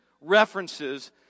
references